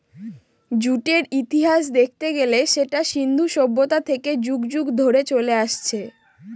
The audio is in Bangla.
জুটের ইতিহাস দেখতে গেলে সেটা সিন্ধু সভ্যতা থেকে যুগ যুগ ধরে চলে আসছে